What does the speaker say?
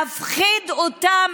להפחיד אותם.